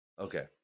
Okay